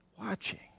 watching